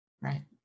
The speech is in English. Right